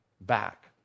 back